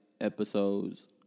episodes